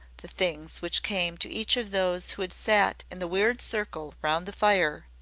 the things which came to each of those who had sat in the weird circle round the fire,